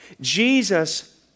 Jesus